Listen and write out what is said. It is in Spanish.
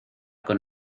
con